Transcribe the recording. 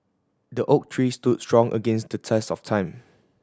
the oak tree stood strong against the test of time